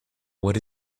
what